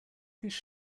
please